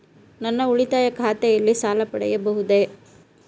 ನನ್ನ ಉಳಿತಾಯ ಖಾತೆಯಲ್ಲಿ ಸಾಲ ಪಡೆಯಬಹುದೇ?